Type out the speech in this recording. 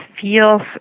feels